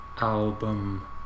album